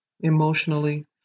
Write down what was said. emotionally